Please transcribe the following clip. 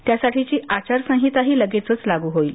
त्यासाठीची आचारसंहिताही लगेचच लागू होईल